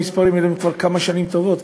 המספרים האלה הם כבר כמה שנים טובות,